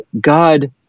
God